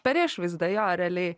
per išvaizdą jo realiai